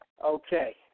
Okay